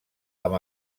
amb